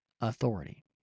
authority